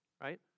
right